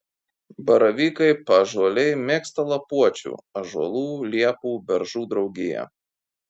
baravykai paąžuoliai mėgsta lapuočių ąžuolų liepų beržų draugiją